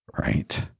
right